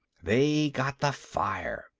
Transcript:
they got the fire.